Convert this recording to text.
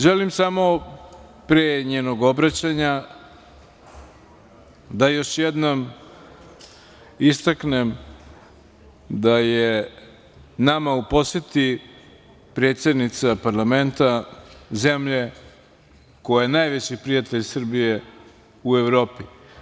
Želim samo pre njenog obraćanja da još jednom istaknem da je nama u poseti predsednica parlamenta zemlje koja je najveći prijatelj Srbije u Evropi.